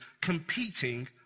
competing